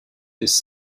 this